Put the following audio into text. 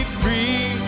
free